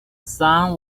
sun